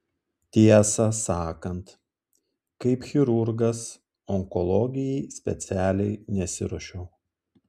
tiesą sakant kaip chirurgas onkologijai specialiai nesiruošiau